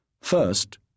First